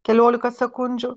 kelioliką sekundžių